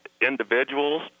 individuals